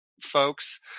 folks